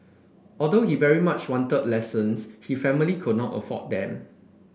although he very much wanted lessons his family could not afford them